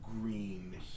green